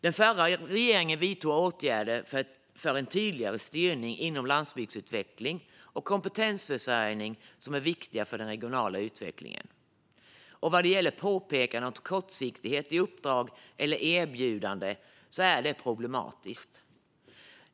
Den förra regeringen vidtog åtgärder för en tydligare styrning inom landsbygdsutveckling och kompetensförsörjning som är viktiga för den regionala utvecklingen. Vad det gäller påpekandet om kortsiktighet i uppdrag eller erbjudande är det problematiskt.